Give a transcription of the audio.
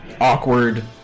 awkward